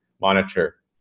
monitor